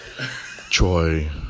Troy